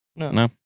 No